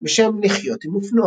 בשם "לחיות עם אופנוע".